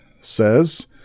says